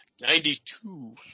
Ninety-two